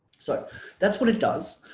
so that's what it does